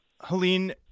Helene